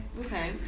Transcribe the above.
Okay